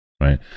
right